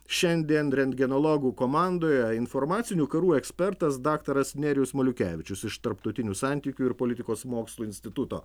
šiandien rentgenologų komandoje informacinių karų ekspertas daktaras nerijus maliukevičius iš tarptautinių santykių ir politikos mokslų instituto